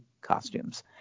costumes